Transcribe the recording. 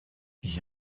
ich